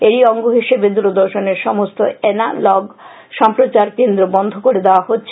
এরই অঙ্গ হিসেবে দূরদর্শনের সমস্ত এনা লগ সম্প্রচার কেন্দ্র বন্ধ করে দেয়া হচ্ছে